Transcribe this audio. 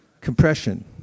Compression